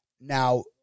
Now